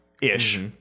ish